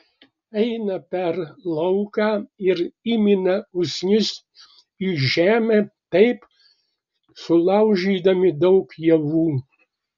eina per lauką ir įmina usnis į žemę taip sulaužydami daug javų